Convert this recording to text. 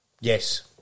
Yes